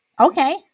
Okay